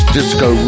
Disco